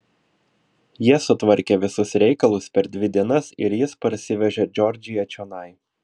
jie sutvarkė visus reikalus per dvi dienas ir jis parsivežė džordžiją čionai